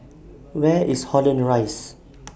Where IS Holland Rise